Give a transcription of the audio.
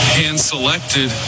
hand-selected